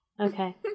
Okay